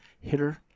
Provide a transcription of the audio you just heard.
hitter